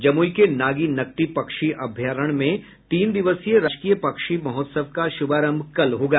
जमुई के नागी नकटी पक्षी अभयारण्य में तीन दिवसीय राजकीय पक्षी महोत्सव का शुभारंभ कल होगा